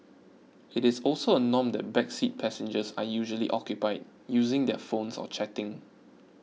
it is also a norm that back seat passengers are usually occupied using their phones or chatting